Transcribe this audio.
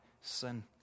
sin